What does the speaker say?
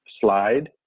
slide